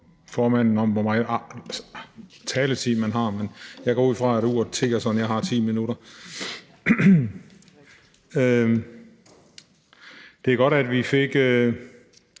formanden om, hvor meget taletid man har, men jeg går ud fra, at uret tikker, sådan at jeg har 10 minutter. Det er godt, at vi fik